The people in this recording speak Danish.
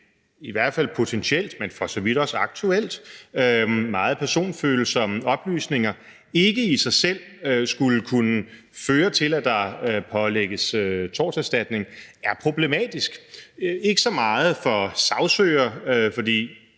i hvert fald potentielt, men for så vidt også aktuelt, meget personfølsomme oplysninger ikke i sig selv skulle kunne føre til, at der pålægges torterstatning, er problematisk; ikke så meget for sagsøger, for